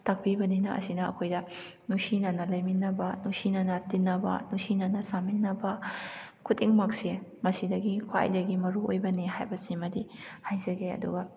ꯇꯥꯛꯄꯤꯕꯅꯤꯅ ꯑꯁꯤꯅ ꯑꯩꯈꯣꯏꯗ ꯅꯨꯡꯁꯤꯅꯅ ꯂꯩꯃꯤꯟꯅꯕ ꯅꯨꯡꯁꯤꯅꯅ ꯇꯤꯟꯅꯕ ꯅꯨꯡꯁꯤꯅꯅ ꯆꯥꯃꯤꯟꯅꯕ ꯈꯨꯗꯤꯡꯃꯛꯁꯦ ꯃꯁꯤꯗꯒꯤ ꯈ꯭ꯋꯥꯏꯗꯒꯤ ꯃꯔꯨꯑꯣꯏꯕꯅꯤ ꯍꯥꯏꯕꯁꯤꯃꯗꯤ ꯍꯥꯏꯖꯒꯦ ꯑꯗꯨꯒ